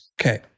Okay